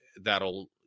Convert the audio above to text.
that'll